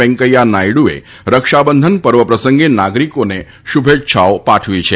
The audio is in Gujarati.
વેંકૈયા નાયડુએ રક્ષાબંધન પર્વ પ્રસંગે નાગરિકોને શુભેચ્છાઓ પાઠવી છે